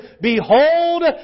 Behold